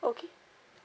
okay